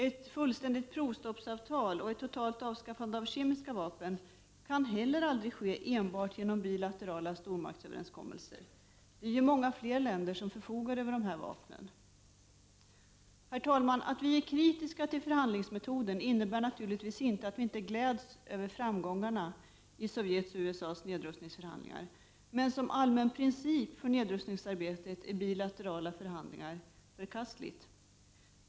Ett fullständigt provstoppsavtal och ett totalt avskaffande av kemiska vapen kan heller aldrig ske enbart genom bilaterala stormaktsöverenskommelser. Det är ju många fler länder som förfogar över dessa vapen. Att vi är kritiska till förhandlingsmetoden innebär naturligtvis inte att vi inte gläds över framgångarna i Sovjets och USA:s nedrustningsförhandlingar, men vi anser att bilaterala förhandlingar som allmän princip för nedrustningsarbetet är förkastliga.